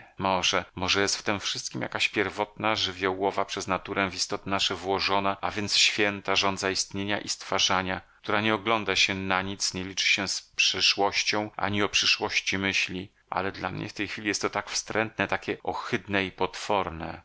może może jest w tem wszystkiem jakaś pierwotna żywiołowa przez naturę w istoty nasze włożona a więc święta żądza istnienia i stwarzania która nie ogląda się na nic nie liczy się z przeszłością ani o przyszłości myśli ale dla mnie w tej chwili jest to tak wstrętne takie ohydne i potworne